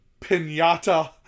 pinata